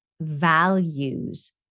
values